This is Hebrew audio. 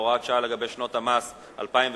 הוראת שעה לגבי שנות המס 2007,